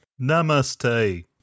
Namaste